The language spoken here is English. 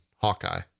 Hawkeye